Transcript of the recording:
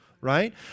right